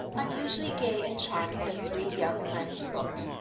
unusually gay and charming the three young friends looked,